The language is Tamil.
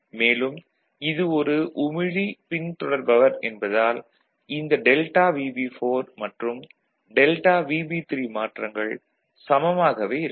மேலும் இது ஒரு உமிழி பின்தொடர்பவர் என்பதால் இந்த டெல்டா VB4 மற்றும் டெல்டா VB3 மாற்றங்கள் சமமாகவே இருக்கும்